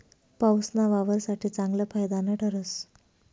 पाऊसना वावर साठे चांगलं फायदानं ठरस